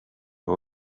you